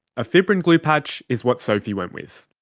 a fibrin glue patch is what sophie went with.